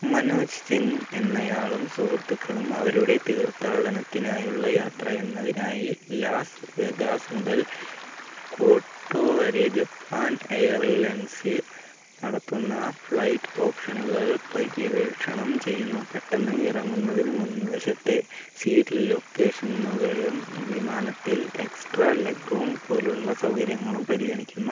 മനോജ് സിങ് എന്നയാളും സുഹൃത്തുക്കളും അവരുടെ തീർഥാടനത്തിനായുള്ള യാത്ര എന്നതിനായി ലാസ് വെഗാസ് മുതൽ കോട്ടുവരെ ജപ്പാൻ എയർലെൻസ് നടത്തുന്ന ഫ്ലൈറ്റ് ഓപ്ഷനുകൾ പര്യവേഷണം ചെയ്യുന്നു പെട്ടെന്ന് ഇറങ്ങുന്നതിന് മുൻവശത്തെ സീറ്റ് ലൊക്കേഷനുകളിലും വിമാനത്തിൽ എക്സ്ട്രാ ലെഗ് റൂം പോലുള്ള സൗകര്യങ്ങളും പരിഗണിക്കുന്നു